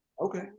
Okay